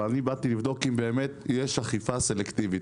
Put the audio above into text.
אבל אני באתי לבדוק אם באמת יש אכיפה סלקטיבית.